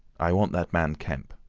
i want that man kemp.